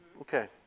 Okay